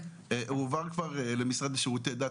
הוא הועבר כבר למשרד לשירותי דת,